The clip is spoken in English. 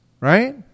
Right